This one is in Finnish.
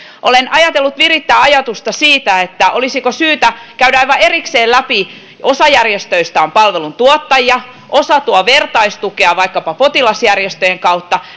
olen ajatellut virittää ajatusta siitä olisiko syytä käydä aivan erikseen läpi mikä niiden rooli kokonaisuudessa tässä isossa uudistuksessa on osa järjestöistä on palveluntuottajia osa tuo vertaistukea vaikkapa potilasjärjestöjen kautta